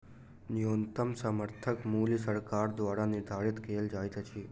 न्यूनतम समर्थन मूल्य सरकार द्वारा निधारित कयल जाइत अछि